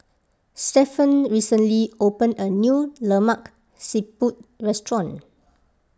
Stephen recently opened a new Lemak Siput restaurant